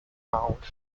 round